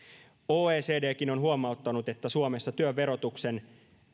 oecdkin on huomauttanut että suomessa työn verotuksen